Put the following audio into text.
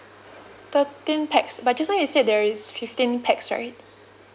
thirteen pax but just now you said there is fifteen pax right